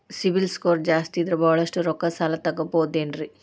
CIBIL score ಜಾಸ್ತಿ ಇದ್ರ ಬಹಳಷ್ಟು ರೊಕ್ಕ ಸಾಲ ತಗೋಬಹುದು ಏನ್ರಿ?